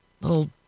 little